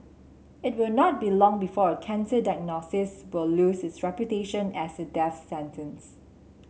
it will not be long before a cancer diagnosis will lose its reputation as a death sentence